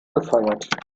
gefeiert